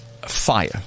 fire